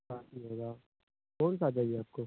park भी होगा कौनसा चाहिए आपको